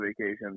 vacation